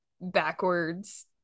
backwards